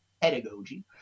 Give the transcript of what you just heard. pedagogy